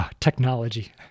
Technology